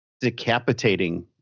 decapitating